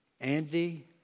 Andy